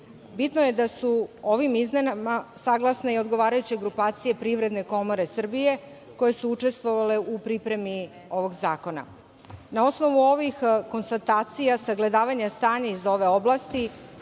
Bitno je da su sa ovim izmenama saglasne odgovarajuće grupacije Privredne komore Srbije koje su učestvovale u pripremi ovog zakona. Na osnovu ovih konstatacija, sagledavanja stanja iz ove oblasti